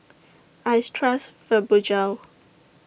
I Trust Fibogel